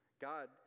God